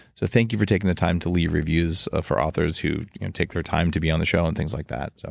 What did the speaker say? so thank you for taking the time to leave reviews ah for authors who take their time to be on the show and things like that.